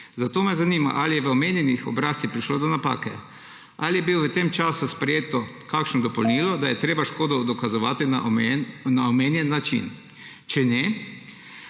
Zato me zanima: Ali je v omenjenih obrazcih prišlo do napake? Ali je bilo v tem času sprejeto kakšno dopolnilo, da je treba škodo dokazovati na omenjeni način? Če ne,